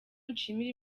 nshimire